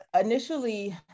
initially